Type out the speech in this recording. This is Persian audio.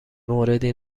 موردی